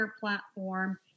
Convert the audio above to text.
platform